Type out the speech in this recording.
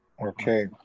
okay